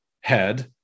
head